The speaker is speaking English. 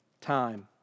time